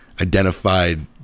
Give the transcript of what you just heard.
identified